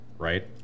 Right